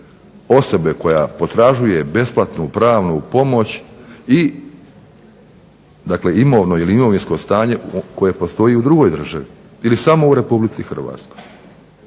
osobe koja potražuje besplatnu pravnu pomoć i dakle, imovno ili imovinsko stanje koje postoji u drugoj državi ili samo u Republici Hrvatskoj.